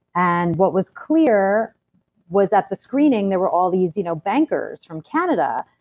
and what was clear was, at the screening, there were all these you know bankers from canada.